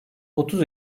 otuz